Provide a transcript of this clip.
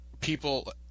people